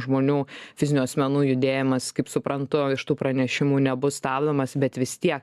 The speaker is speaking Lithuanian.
žmonių fizinių asmenų judėjimas kaip suprantu iš tų pranešimų nebus stabdomas bet vis tiek